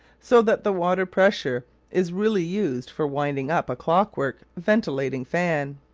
so that the water pressure is really used for winding up a clockwork ventilating-fan.